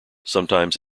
sometimes